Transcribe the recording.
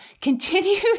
continue